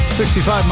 65